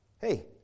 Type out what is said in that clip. hey